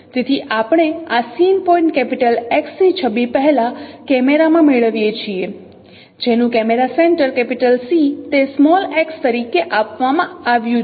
તેથી આપણે આ સીન પોઇન્ટ X ની છબી પહેલા કેમેરા માં મેળવીએ છીએ જેનું કેમેરા સેન્ટર C તે x તરીકે આપવામાં આવ્યું છે